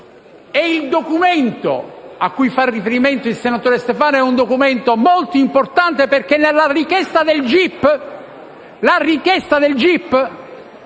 Il documento cui fa riferimento il senatore Stefano è molto importante, perché la richiesta del